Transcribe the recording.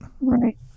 right